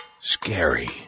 scary